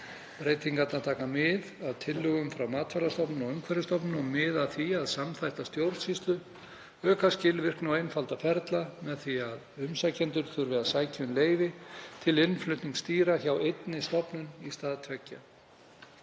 Breytingarnar taka mið af tillögum frá Matvælastofnun og Umhverfisstofnun og miða að því að samþætta stjórnsýslu, auka skilvirkni og einfalda ferla með því að umsækjendur þurfi að sækja um leyfi til innflutnings dýra hjá einni stofnun í stað tveggja.